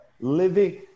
living